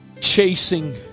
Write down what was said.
chasing